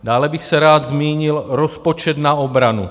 Dále bych rád zmínil rozpočet na obranu.